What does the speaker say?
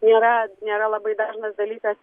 nėra nėra labai dažnas dalykas